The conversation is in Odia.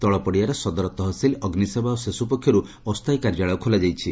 ତଳପଡିଆରେ ସଦର ତହସିଲ ଅଗ୍ନିସେବା ଓ ସେସୁ ପକ୍ଷରୁ ଅସ୍ତାୟୀ କାର୍ଯ୍ୟାଳୟ ଖୋଲାଯାଇଛି